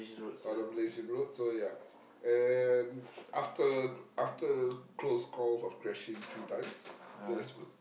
uh the Malaysian road so ya and after after close call of crashing three times that's